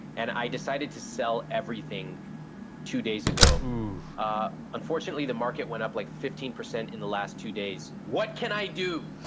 and i decided to sell everything two days ago. ah unfortunately, the market went up like fifteen percent in the last two days. what can i do?